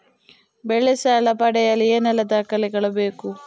ಬೆಳೆ ಸಾಲ ಪಡೆಯಲು ಏನೆಲ್ಲಾ ದಾಖಲೆಗಳು ಬೇಕು?